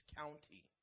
county